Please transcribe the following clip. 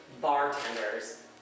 bartenders